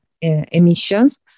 emissions